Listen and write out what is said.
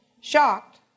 Shocked